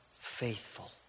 faithful